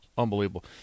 Unbelievable